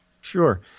Sure